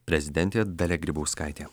prezidentė dalia grybauskaitė